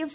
F